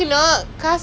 ya